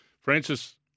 Francis